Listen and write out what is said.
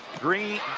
green,